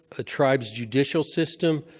ah tribe's judicial system,